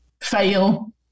fail